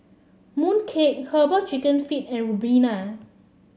Mooncake herbal chicken feet and Ribena